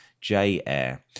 J-Air